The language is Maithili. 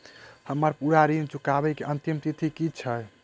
हम्मर पूरा ऋण चुकाबै केँ अंतिम तिथि की छै?